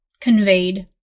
conveyed